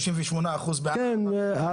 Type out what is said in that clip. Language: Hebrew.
כן.